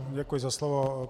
Děkuji za slovo.